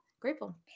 Grateful